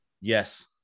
Yes